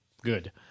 good